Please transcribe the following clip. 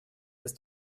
ist